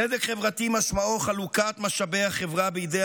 צדק חברתי משמעו חלוקת משאבי החברה בידי